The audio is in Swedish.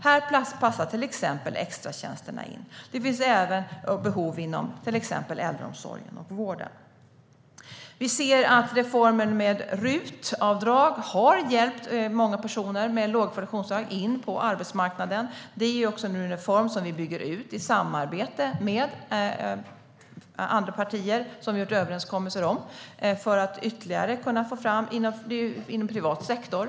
Här passar till exempel extratjänsterna in. Det finns även behov inom exempelvis äldreomsorgen och vården. Vi ser att reformen med RUT-avdrag har hjälpt många personer med låga kvalifikationer in på arbetsmarknaden. Det är en reform som vi bygger ut i samarbete med andra partier med vilka vi har gjort överenskommelser för att få fram ytterligare jobb inom privat sektor.